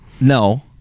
No